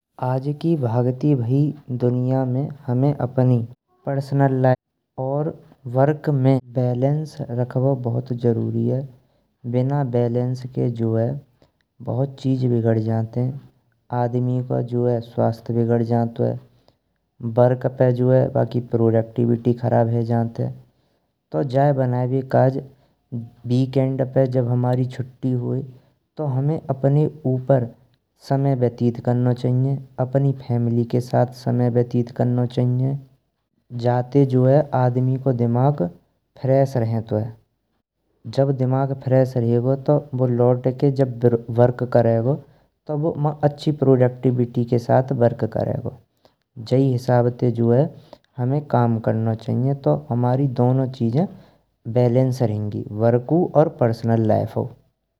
आज की भगति भाई दुनिया में हमें अपनी परसनल लाइफ और वर्क में बैलेंस रखबो बहुत जरूरी है। बिना बैलेंस के जो है बहुत चीज बिगड़ जातें आदमी को जो है स्वास्थ्य बिगड़ जातुएँ। वर्क पे जो है बाकी प्रोडक्टिविटी खराब है, जानते तो जाए बनाएवे काज वीकेंड पे जब हमारी छुट्टी होए तो हमें अपने ऊपर समय व्यतीत करनो चाहियेँ। अपनी फैमिली के साथ समय व्यतीत करनो चाहियेँ जाते हो है, आदमी को दिमाग फ्रेश रहेंतुए जब दिमाग फ्रेश रहगो। तो जब बूँ लौट के वर्क करगो तो बूँ मा अची प्रोडक्टिविटी के साथ वर्क करगो जाऐ हिसाब तें हमें काम करनो चाहियेँ तो हमारी दोनौं चीजें बैलेंस रहेंगीं वर्कउ और परसनल लाइफ।